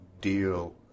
deal